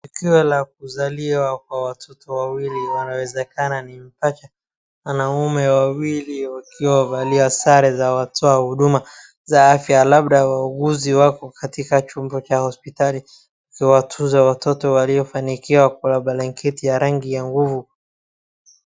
Tukio la kuzaliwa kwa watoto wawili wanawezekana ni mchache, wanaume wawili wakiwa wamevalia sare za watoahuduma za afya labda wauguzi katika chumba cha hospitali kuwatunza watoto waliofanikiwa kwenye blanketi ya rangi ya nguvu.